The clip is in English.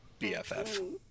BFF